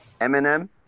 eminem